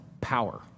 power